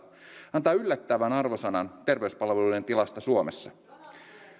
antaa yllättävän arvosanan terveyspalveluiden tilasta suomessa